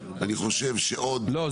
אני חושב שעוד --- לא,